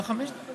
לא חמש דקות?